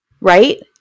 Right